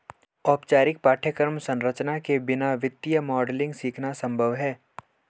औपचारिक पाठ्यक्रम संरचना के बिना वित्तीय मॉडलिंग सीखना संभव हैं